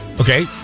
Okay